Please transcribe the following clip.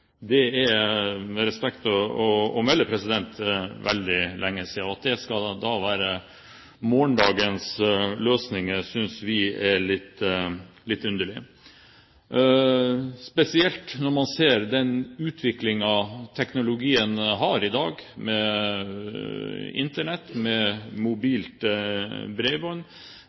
med respekt å melde veldig lenge siden. At det skal være morgendagens løsninger, synes vi er litt underlig, spesielt når man ser den utviklingen teknologien har i dag, med Internett, med mobilt bredbånd